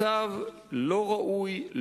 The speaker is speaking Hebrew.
זה מצב לא ראוי,